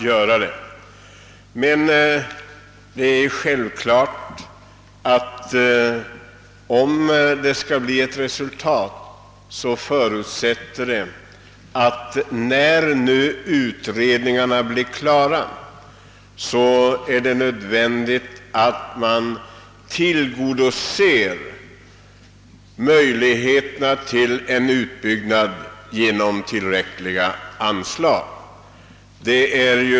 Men om vi nu skall nå ett positivt resultat, är det nödvändigt att, sedan utredningarna blivit klara, tillgodose kraven på en utbyggnad genom tillräckliga anslag.